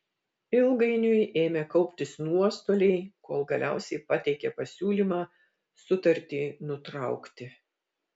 ilgainiui ėmė kauptis nuostoliai kol galiausiai pateikė pasiūlymą sutartį nutraukti